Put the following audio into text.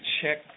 check